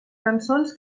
cançons